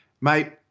mate